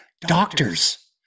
Doctors